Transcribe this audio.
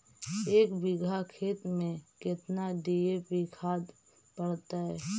एक बिघा खेत में केतना डी.ए.पी खाद पड़तै?